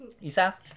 Isa